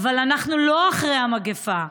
אבל אנחנו לא אחרי המגפה.